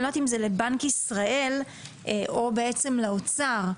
אני לא יודעת אם זה לבנק ישראל או בעצם לאוצר.